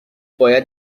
باید